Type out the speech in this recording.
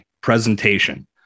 presentation